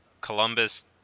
Columbus